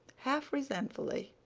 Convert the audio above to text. half-resentfully,